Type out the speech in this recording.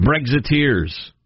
Brexiteers